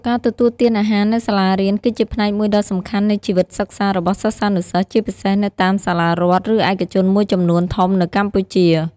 ការទទួលទានអាហារនៅសាលារៀន គឺជាផ្នែកមួយដ៏សំខាន់នៃជីវិតសិក្សារបស់សិស្សានុសិស្ស ជាពិសេសនៅតាមសាលារដ្ឋ ឬឯកជនមួយចំនួនធំនៅកម្ពុជា។